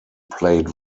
played